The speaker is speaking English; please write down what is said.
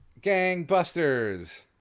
Gangbusters